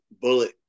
bullet